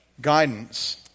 guidance